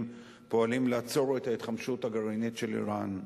פועלים לעצור את ההתחמשות הגרעינית של אירן.